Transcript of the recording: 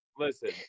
Listen